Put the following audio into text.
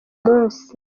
munsi